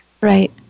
Right